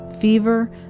fever